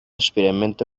experimento